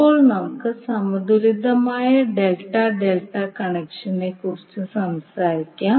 ഇപ്പോൾ നമുക്ക് സമതുലിതമായ ∆∆ കണക്ഷനെക്കുറിച്ച് സംസാരിക്കാം